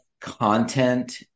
content